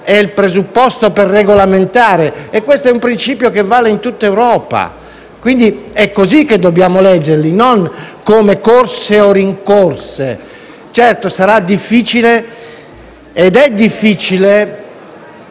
è il presupposto per regolamentare e questo è un principio che vale in tutta Europa. È così che dobbiamo leggerle, non come corse o rincorse. Certo, sarà difficile, ed è difficile